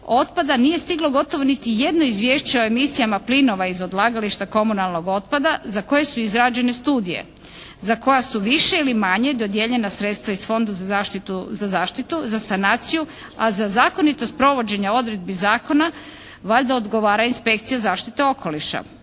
otpada nije stiglo gotovo niti jedno izvješće o emisijama plinova iz odlagališta komunalnog otpada za koje su izrađene studije, za koja su više ili manje dodijeljena sredstva iz Fonda za zaštitu, za sanaciju, a za zakonitost provođenja odredbi zakona valjda odgovara inspekcija zaštite okoliša.